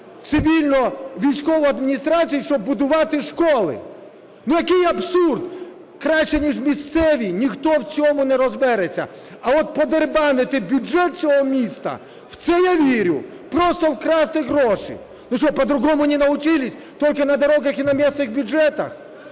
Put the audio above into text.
цивільно-військову адміністрацію, щоб будувати школи. Який абсурд! Краще ніж місцеві, ніхто в цьому не розбереться. А от подерибанити бюджет цього міста – в це я вірю. Просто вкрасти гроші. По-другому не научились? Только на дорогах и на местных бюджетах?